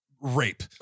rape